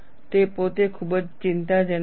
તે પોતે ખૂબ જ ચિંતાજનક છે